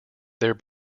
their